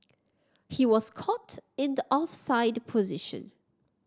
he was caught in the offside position